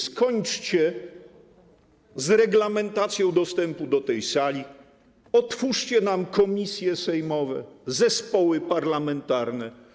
Skończcie z reglamentacją dostępu do tej sali, otwórzcie nam komisje sejmowe, zespoły parlamentarne.